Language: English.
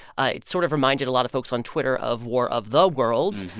ah sort of reminded a lot of folks on twitter of war of the worlds,